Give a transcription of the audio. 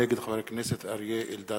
נגד חבר הכנסת אריה אלדד.